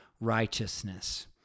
righteousness